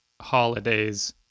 holidays